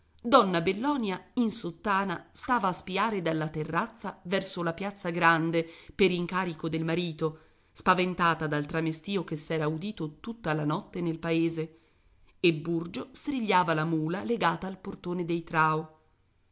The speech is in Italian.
donna bellonia in sottana stava a spiare dalla terrazza verso la piazza grande per incarico del marito spaventata dal tramestìo che s'era udito tutta la notte nel paese e burgio strigliava la mula legata al portone dei